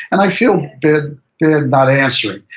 and i feel bad not answering.